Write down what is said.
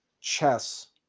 chess